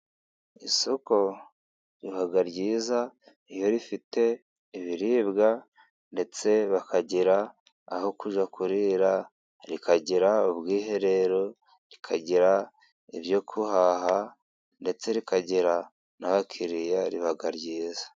Isoko riba ryiza iyo rifite ibiribwa, ndetse bakagira aho kujya kurira, rikagira ubwiherero, rikagira ibyo guhaha ndetse rikagira n'abakiriya, riba ryiza.